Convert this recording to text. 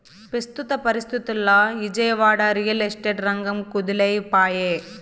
పెస్తుత పరిస్తితుల్ల Vijayawada, real estate రంగం కుదేలై పాయె